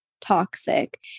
toxic